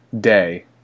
day